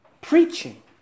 preaching